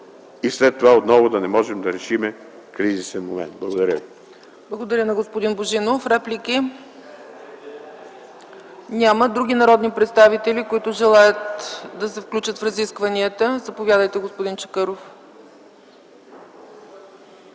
и след това отново да не можем да решим кризисния момент. Благодаря